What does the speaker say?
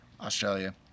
Australia